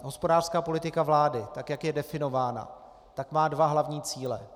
Hospodářská politika vlády, tak jak je definována, má dva hlavní cíle.